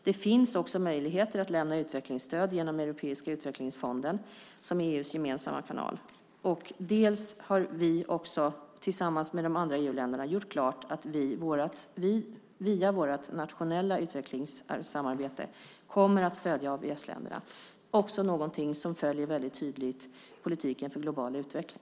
Det finns också möjligheter att lämna utvecklingsstöd genom Europeiska utvecklingsfonden, som är EU:s gemensamma kanal. Vi har också tillsammans med de andra EU-länderna gjort klart att vi via våra nationella utvecklingssamarbeten kommer att stödja AVS-länderna. Det är också någonting som väldigt tydligt följer politiken för global utveckling.